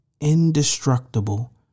indestructible